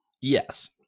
Yes